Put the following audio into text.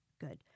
Good